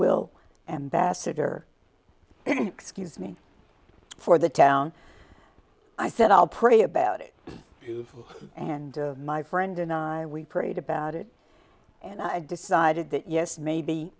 will ambassador and excuse me for the town i said i'll pray about it and my friend and i we prayed about it and i decided that yes maybe